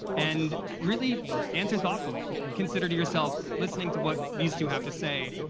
and really answer thoughtfully. consider to yourself, listening to what these two have to say,